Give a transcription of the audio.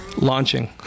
Launching